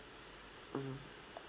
mm